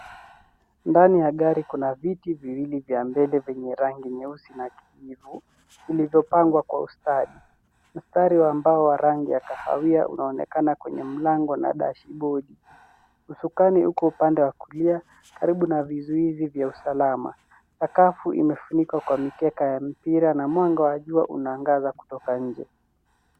Ndani ya gari kuna viti viwili vya mbele vyenye rangi nyeusi na kijivu vilivyo pangwa kwa ustadi mstari wa mabo wa rangi ya kahawia unaonekana kwenye mlango na dashboardi usukani uko upande wa kulia karibu na vizuizi vya usalama sakafu imefunikwa kwa mikeka ya mipira na mwanga wa jua una angaza kutoka nje.